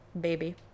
baby